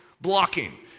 Blocking